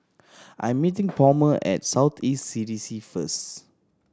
I'm meeting Palmer at South East C D C first